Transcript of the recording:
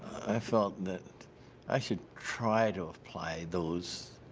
i thought that i should try to apply those